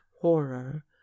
horror